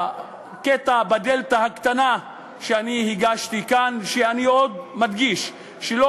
בדלתא הקטנה שאני הגשתי כאן אני עוד מדגיש שלא